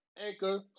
Anchor